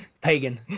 pagan